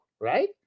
right